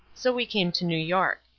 so we came to new york.